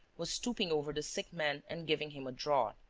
was stooping over the sick man and giving him a draught.